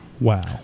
Wow